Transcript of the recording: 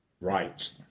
right